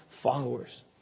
followers